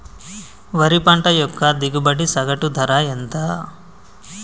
వరి పంట యొక్క దిగుబడి సగటు ధర ఎంత?